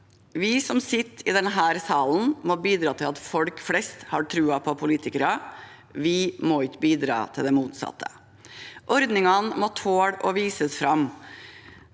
Vi som sitter i denne salen, må bidra til at folk flest har troen på politikere. Vi må ikke bidra til det motsatte. Ordningene må tåle å vises fram.